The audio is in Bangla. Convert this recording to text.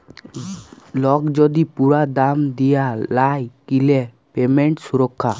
লক যদি পুরা দাম দিয়া লায় কিলে পেমেন্ট সুরক্ষা